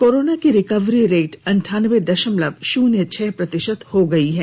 corona की recovery rate अनठानबे दशमलव शुन्य छह प्रतिशत हो गई है